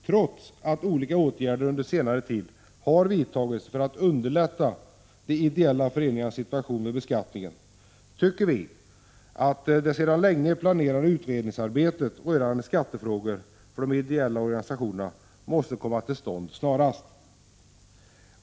Trots att olika åtgärder har vidtagits under senare tid för att underlätta de ideella föreningarnas situation vid beskattningen tycker vi att det sedan länge planerade utredningsarbetet rörande skattefrågor för de ideella organisationerna måste komma till stånd snarast.